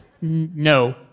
No